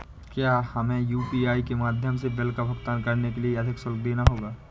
क्या हमें यू.पी.आई के माध्यम से बिल का भुगतान करने के लिए अधिक शुल्क देना होगा?